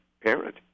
parent